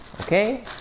Okay